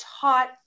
taught